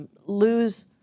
lose